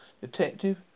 Detective